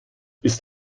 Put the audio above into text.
ist